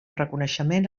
reconeixement